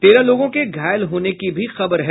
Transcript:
तेरह लोगों के घायल होने की भी खबर है